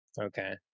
okay